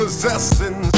Possessing